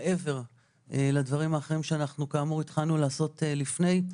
מעבר לדברים האחרים שאנחנו כאמור התחלנו לעשות לפני.